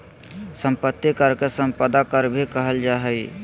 संपत्ति कर के सम्पदा कर भी कहल जा हइ